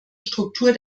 struktur